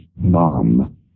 mom